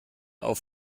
auf